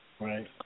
Right